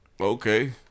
Okay